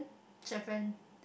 Japan